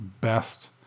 best